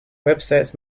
websites